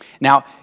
Now